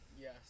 Yes